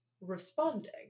responding